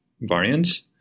variants